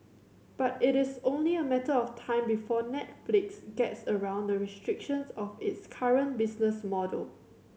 but it is only a matter of time before Netflix gets around the restrictions of its current business model